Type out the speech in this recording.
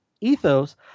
ethos